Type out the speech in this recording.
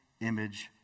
image